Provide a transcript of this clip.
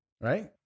Right